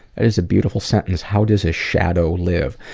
and is a beautiful sentence how does a shadow live?